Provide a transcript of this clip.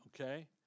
okay